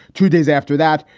two days after that,